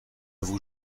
vous